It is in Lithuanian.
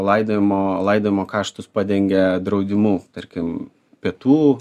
laidojimo laidojimo kaštus padengia draudimu tarkim pietų